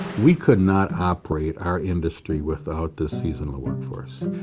we could not operate our industry without this seasonal workforce.